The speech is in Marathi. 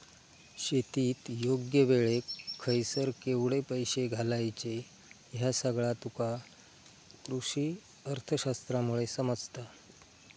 शेतीत योग्य वेळेक खयसर केवढे पैशे घालायचे ह्या सगळा तुका कृषीअर्थशास्त्रामुळे समजता